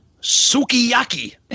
sukiyaki